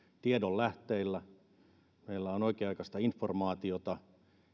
tiedon lähteillä että meillä on oikea aikaista informaatiota